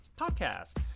Podcast